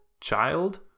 child